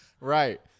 Right